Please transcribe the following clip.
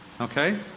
okay